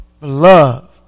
Love